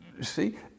see